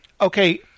okay